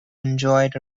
enjoyed